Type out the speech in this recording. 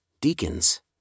deacons